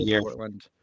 Portland